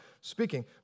speaking